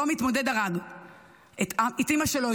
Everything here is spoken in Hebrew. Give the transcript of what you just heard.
לא מתמודד הרג את אימא שלו,